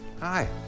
hi